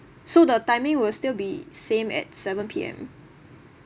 so the timing will still be same at seven P_M